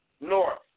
north